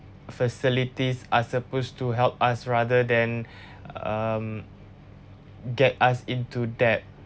facilities are supposed to help us rather than um get us into debt